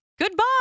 Goodbye